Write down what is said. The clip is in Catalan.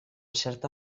certa